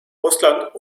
russland